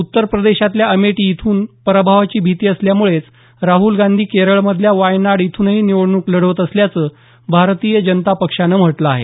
उत्तरप्रदेशातल्या अमेठी इथून पराभवाची भीती असल्यामुळेच राहुल गांधी केरळमधल्या वायनाड इथूनही निवडणूक लढवत असल्याचं भारतीय जनता पक्षानं म्हटलं आहे